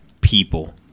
people